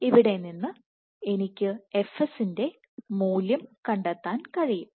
ഇതിൽ നിന്ന് എനിക്ക് fs ന്റെ മൂല്യം കണ്ടെത്താൻ കഴിയും